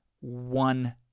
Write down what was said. one